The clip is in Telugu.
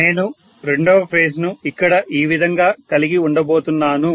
నేను రెండవ ఫేజ్ ను ఇక్కడ ఈ విధంగా కలిగి ఉండబోతున్నాను